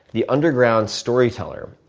the underground storyteller,